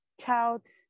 child's